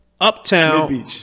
uptown